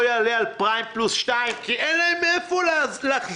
יעלה על פריים פלוס 2 כי אין להם מאיפה להחזיר.